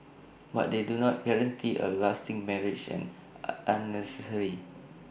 but they do not guarantee A lasting marriage and unnecessary